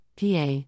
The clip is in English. PA